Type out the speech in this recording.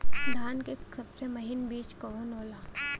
धान के सबसे महीन बिज कवन होला?